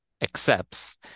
accepts